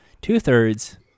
two-thirds